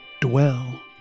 dwell